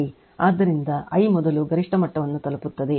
ಆದ್ದರಿಂದ I ಮೊದಲು ಗರಿಷ್ಠ ಮಟ್ಟವನ್ನು ತಲುಪುತ್ತದೆ